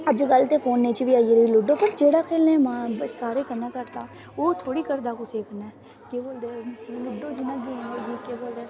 अज कल ते फोनें च बी आई गेदी लूडो पर जेह्ड़ी खेलने च साढ़े कन्नै घटदा ओह् छोड़ा घटदा कुसे कन्नै केह् बोलदे लूडो जियां गेम होई गेई केह् बोलदे